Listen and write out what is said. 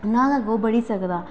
ना गै ओह् अग्गें बधी सकदा